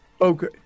Okay